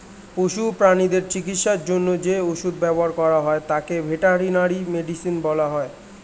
পশু প্রানীদের চিকিৎসার জন্য যে ওষুধ ব্যবহার করা হয় তাকে ভেটেরিনারি মেডিসিন বলা হয়